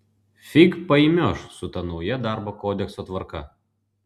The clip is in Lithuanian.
fig paimioš su ta nauja darbo kodekso tvarka